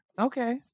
Okay